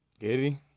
Giddy